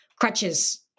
crutches